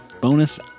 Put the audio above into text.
bonus